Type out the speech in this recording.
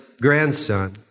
grandson